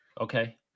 Okay